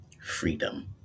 Freedom